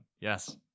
Yes